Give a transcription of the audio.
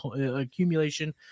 accumulation